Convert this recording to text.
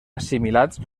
assimilats